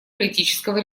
политического